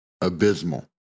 Abysmal